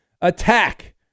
attack